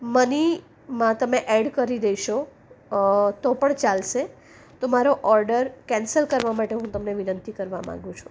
મનીમાં તમે એડ કરી દેશો તો પણ ચાલશે તો મારો ઓર્ડર કેન્સલ કરવા માટે હું તમને વિનંતી કરવા માંગુ છું